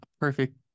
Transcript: perfect